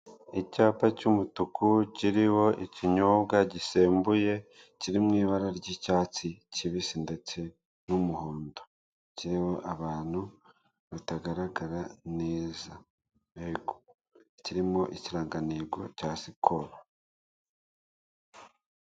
Icyapa cy'umutuku kiriho ikinyobwa gisembuye kiri mu ibara ry'icyatsi kibisi ndetse n'umuhondo, kiriho abantu batagaragara neza, yego, kirimo ikirangantego cya sikolo.